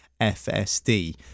FSD